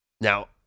Now